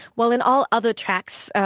while in all other tracts,